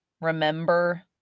remember